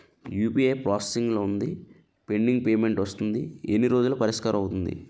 UPI process లో వుందిపెండింగ్ payment వస్తుంది ఎన్ని రోజుల్లో పరిష్కారం అవుతుంది